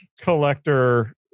collector